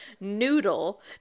noodle